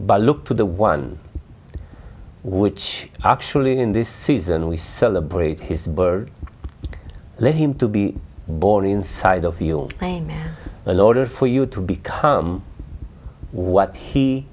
by look to the one which actually in this season we celebrate his birth let him to be born inside of you pain in order for you to become what he